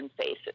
faces